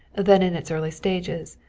then in its early stages,